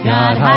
God